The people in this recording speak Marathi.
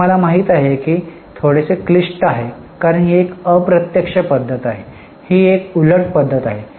हे मला माहित आहे की ते थोडेसे क्लिष्ट आहे कारण ही एक अप्रत्यक्ष पद्धत आहे ही एक उलट पद्धत आहे